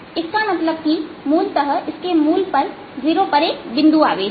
इसका मतलब है कि मूलतः इसके मूल पर 0 पर एक बिंदु आवेश है